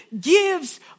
gives